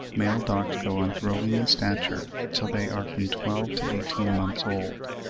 male dogs go on growing in stature till they are from twelve to eighteen months old,